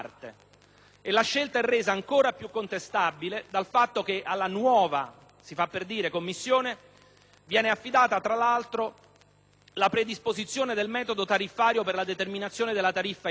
La scelta è resa ancora più contestabile dal fatto che alla nuova - si fa per dire - Commissione viene affidata, tra l'altro, la «predisposizione del metodo tariffario per la determinazione della tariffa idrica»: